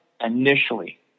initially